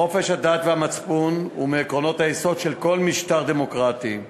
חופש הדת והמצפון הוא מעקרונות היסוד של כל משטר דמוקרטי.